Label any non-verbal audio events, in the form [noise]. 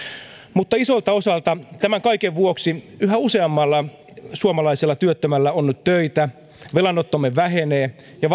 mutta isolta osalta tämän kaiken vuoksi yhä useammalla suomalaisella työttömällä on nyt töitä velanottomme vähenee ja [unintelligible]